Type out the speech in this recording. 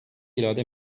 irade